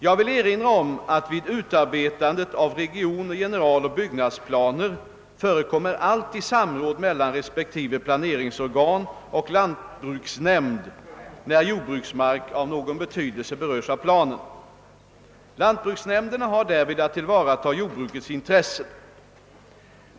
Jag vill erinra om att vid utarbetandet av region-, generaloch byggnadsplaner förekommer alltid samråd mellan resp. planeringsorgan och lantbruksnämnd, när jordbruksmark av någon betydelse berörs av planen. Lantbruksnämnderna har därvid att tillvarata jordbrukets intressen.